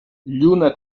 lluna